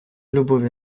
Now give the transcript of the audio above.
любові